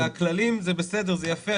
הכללים זה בסדר, זה יפה.